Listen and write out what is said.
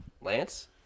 Lance